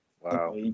wow